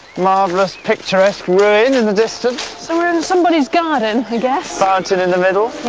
marvelous, picturesque ruin in the distance. so we're in somebody's garden i guess? fountain in the middle.